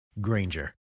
Granger